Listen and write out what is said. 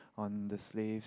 on the slaves